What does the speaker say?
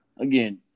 Again